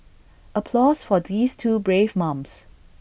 applause for these two brave mums